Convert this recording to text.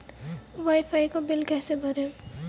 Wi fi का bill कैसे भरें?